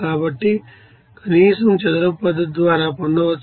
కాబట్టి కనీసం చదరపు పద్ధతి ద్వారా పొందవచ్చు